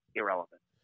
irrelevant